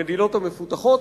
המדינות המפותחות,